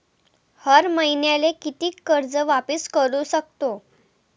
हर मईन्याले कितीक कर्ज वापिस करू सकतो?